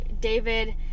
David